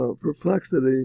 perplexity